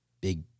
big